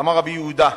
אמר רבי יהודה: